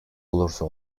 olursa